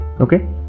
Okay